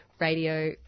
radio